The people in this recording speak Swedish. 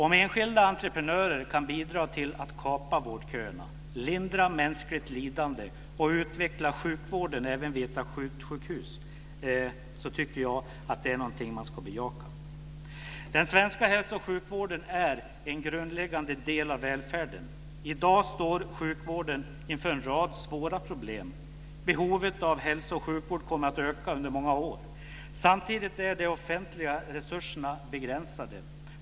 Om enskilda entreprenörer kan bidra till att kapa vårdköerna, lindra mänskligt lidande och utveckla sjukvården - även vid ett akutsjukhus - tycker jag att det är någonting man ska bejaka. Den svenska hälso och sjukvården är en grundläggande del av välfärden. I dag står sjukvården inför en rad svåra problem. Behovet av hälso och sjukvård kommer att öka under många år. Samtidigt är de offentliga resurserna begränsade.